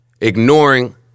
ignoring